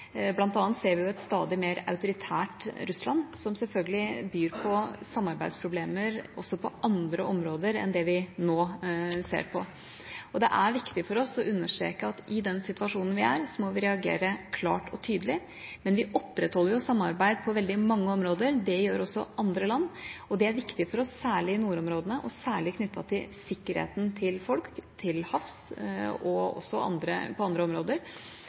ser vi jo et stadig mer autoritært Russland, som selvfølgelig byr på samarbeidsproblemer også på andre områder enn det vi nå ser på. Det er viktig for oss å understreke at i den situasjonen vi er i, må vi reagere klart og tydelig. Men vi opprettholder jo samarbeidet på veldig mange områder. Det gjør også andre land. Det er viktig for oss, særlig i nordområdene og særlig knyttet til sikkerheten til folk til havs – og også på andre områder.